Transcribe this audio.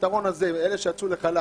מהפתרון הזה של אלה שיצאו לחל"ת?